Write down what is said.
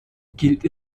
gilt